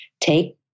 take